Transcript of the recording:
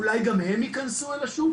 אולי גם הם ייכנסו אל השוק?